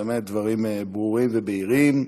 באמת דברים ברורים ובהירים.